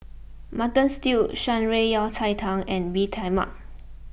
Mutton Stew Shan Rui Yao Cai Tang and Bee Tai Mak